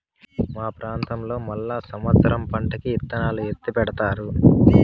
మా ప్రాంతంలో మళ్ళా సమత్సరం పంటకి ఇత్తనాలు ఎత్తిపెడతారు